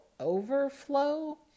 overflow